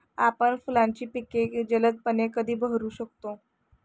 आपण फुलांची पिके जलदपणे कधी बहरू शकतो?